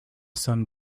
sun